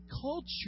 culture